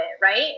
right